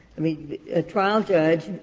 i mean a trial judge